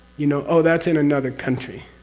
you know? oh that's in another country,